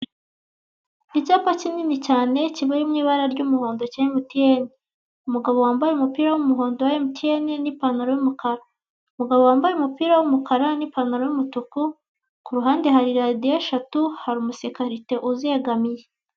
Icyapa kinini cyane kiri mu ibara ry'umuhondo cya MTN, umugabo wambaye umupira w'umuhondo wa MTN n'ipantaro y'umukara, umugabo wambaye umupira w'umukara n'ipantaro y'umutuku, ku ruhande hari radiyo eshatu hari umusekirite uzegamiye.